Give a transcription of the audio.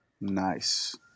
nice